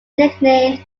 nicknamed